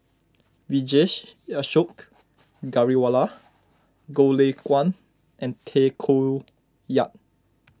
Vijesh Ashok Ghariwala Goh Lay Kuan and Tay Koh Yat